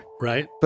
Right